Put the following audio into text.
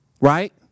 Right